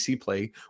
play